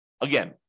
Again